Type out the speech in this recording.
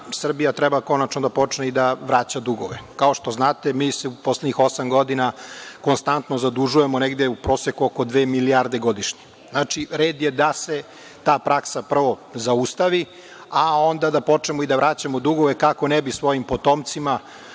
Srbija treba konačno da počne i da vraća dugove. Kao što znate, mi se u poslednjih osam godina konstantno zadužujemo negde u proseku oko dve milijarde godišnje. Red je da se ta praksa prvo zaustavi, a onda da počnemo i da vraćamo dugove kako ne bi svojim potomcima